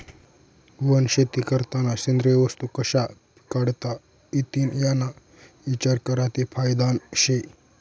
वनशेती करतांना सेंद्रिय वस्तू कशा पिकाडता इतीन याना इचार करा ते फायदानं शे